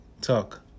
talk